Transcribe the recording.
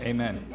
Amen